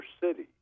City